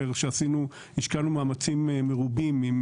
לא,